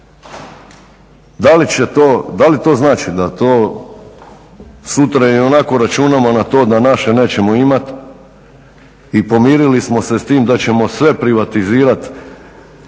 Da li to znači da to sutra i onako računamo na to da naše nećemo imati i pomirili smo se s tim da ćemo sve privatizirati